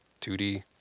2D